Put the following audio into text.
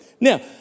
Now